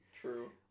True